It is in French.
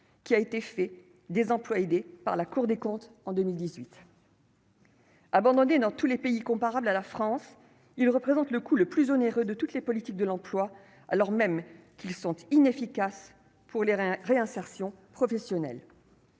Qui a été fait des emplois aidés par la Cour des comptes en 2018. Abandonnés dans tous les pays comparables à la France, il représente le coup le plus onéreux de toutes les politiques de l'emploi, alors même qu'ils sont inefficaces pour les reins réinsertion professionnelle.